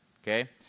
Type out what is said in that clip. okay